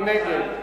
מי נגד?